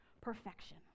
perfection